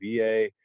VA